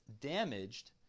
damaged